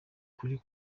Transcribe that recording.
kuri